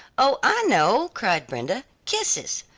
oh, i know, cried brenda. kisses,